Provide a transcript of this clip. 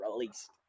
released